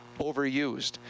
overused